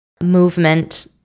movement